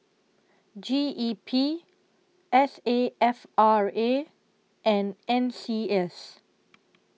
G E P S A F R A and N C S